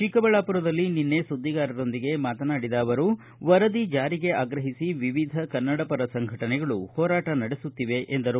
ಚಿಕ್ಕಬಳ್ಳಾಪುರದಲ್ಲಿ ನಿನ್ನೆ ಸುದ್ದಿಗಾರರೊಂದಿಗೆ ಮಾತನಾಡಿರುವ ಅವರು ವರದಿ ಜಾರಿಗೆ ಆಗ್ರಹಿಸಿ ವಿವಿಧ ಕನ್ನಡಪರ ಸಂಘಟನೆಗಳು ಹೋರಾಟ ನಡೆಸುತ್ತಿವೆ ಎಂದರು